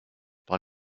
par